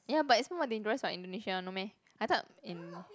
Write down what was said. ya but it's more dangerous what Indonesia no meh I thought in